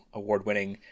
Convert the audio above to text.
award-winning